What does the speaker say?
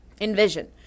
envision